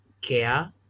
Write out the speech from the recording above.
care